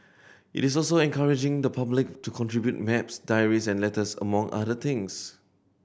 it is also encouraging the public to contribute maps diaries and letters among other things